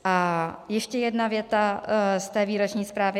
A ještě jedna věta z té výroční zprávy.